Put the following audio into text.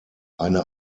eine